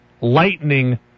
lightning